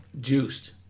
juiced